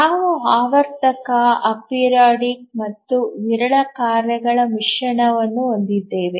ನಾವು ಆವರ್ತಕ ಅಪೆರಿಯೋಡಿಕ್ ಮತ್ತು ವಿರಳ ಕಾರ್ಯಗಳ ಮಿಶ್ರಣವನ್ನು ಹೊಂದಿದ್ದೇವೆ